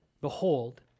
Behold